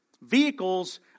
vehicles